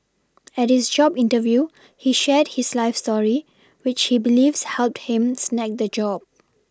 at his job interview he shared his life story which he believes helped him snag the job